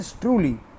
truly